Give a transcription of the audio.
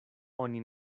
oni